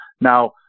Now